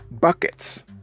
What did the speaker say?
buckets